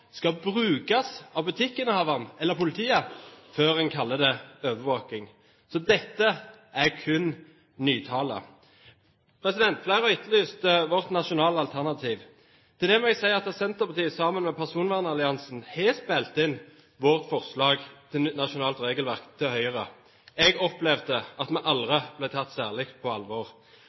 skal brukes av butikkinnehaveren eller politiet før en kaller det overvåking. Så dette er kun nytale. Flere har etterlyst vårt nasjonale alternativ. Til det må jeg si at Senterpartiet sammen med personvernalliansen har spilt inn sitt forslag til nasjonalt regelverk til Høyre. Jeg opplevde at vi aldri ble tatt særlig på alvor.